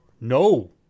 No